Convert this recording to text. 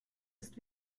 ist